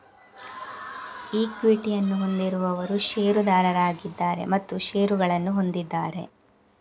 ಈಕ್ವಿಟಿಯನ್ನು ಹೊಂದಿರುವವರು ಷೇರುದಾರರಾಗಿದ್ದಾರೆ ಮತ್ತು ಷೇರುಗಳನ್ನು ಹೊಂದಿದ್ದಾರೆ